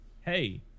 hey